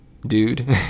dude